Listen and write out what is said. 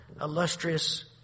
illustrious